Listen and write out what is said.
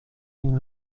این